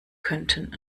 könnten